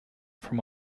from